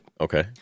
Okay